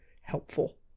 helpful